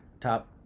top